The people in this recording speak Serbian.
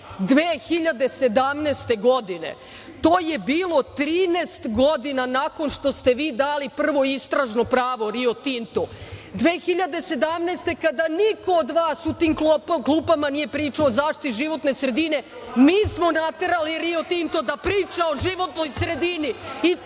2017. godine. To je bilo 13 godina nakon što ste vi dali prvo istražno pravo Rio Tintu. Dakle, 2017. godine, kada niko od vas u tim klupama nije pričao o zaštiti životne sredine, mi smo naterali Rio Tinto da priča o životnoj sredini